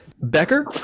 becker